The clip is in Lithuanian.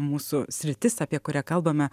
mūsų sritis apie kurią kalbame